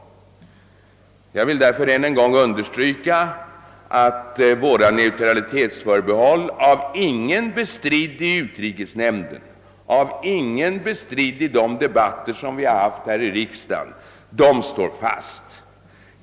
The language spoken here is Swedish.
Jag vill därför än en gång understryka att våra neutralitetsförbehåll — av inga bestridda i utrikesnämnden eller i de debatter som förts i riksdagen — står fast.